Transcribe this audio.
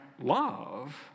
love